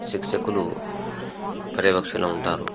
శిక్షకులు పర్యవేక్షణ ఉంటారు